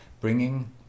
bringing